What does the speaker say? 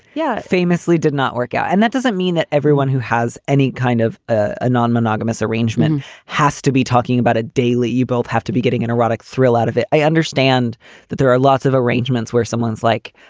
yeah. famously did not work. and that doesn't mean that everyone who has any kind of a non-monogamous arrangement has to be talking about a daily. you both have to be getting an erotic thrill out of it. i understand that there are lots of arrangements where someone's like,